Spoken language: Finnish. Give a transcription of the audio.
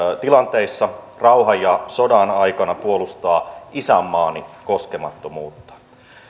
tilanteissa rauhan ja sodan aikana puolustaa isänmaani koskemattomuutta